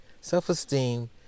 Self-esteem